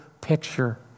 picture